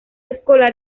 escolar